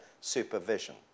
supervision